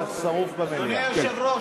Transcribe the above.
אדוני היושב-ראש,